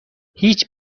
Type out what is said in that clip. هیچ